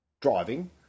driving